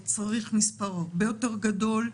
צריך מספר הרבה יותר גדול.